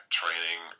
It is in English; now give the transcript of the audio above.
training